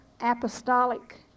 apostolic